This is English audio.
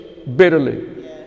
bitterly